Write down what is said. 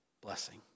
blessing